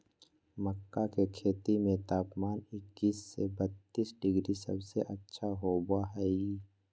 मक्का के खेती में तापमान इक्कीस से बत्तीस डिग्री सबसे अच्छा होबो हइ